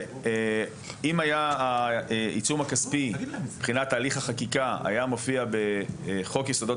אם העיצום הכספי מבחינת הליך החקיקה היה מופיע בחוק יסודות